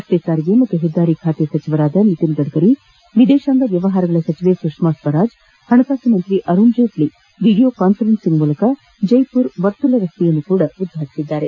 ರಸ್ತೆ ಸಾರಿಗೆ ಮತ್ತು ಹೆದ್ದಾರಿ ಖಾತೆ ಸಚಿವ ನಿತಿನ್ ಗಡ್ಕರಿ ವಿದೇಶಾಂಗ ವ್ಯವಹಾರಗಳ ಸಚಿವೆ ಸುಷ್ಮಾ ಸ್ವರಾಜ್ ಪಣಕಾಸು ಸಚಿವ ಅರುಣ್ ಜೇಟ್ಲಿ ವಿಡಿಯೋ ಕಾನ್ಫರನ್ಲಿಂಗ್ ಮೂಲಕ ಜೈಮರ್ ವರ್ತುಲ ರಸ್ತೆಯನ್ನು ಉದ್ಘಾಟಿಸಿದರು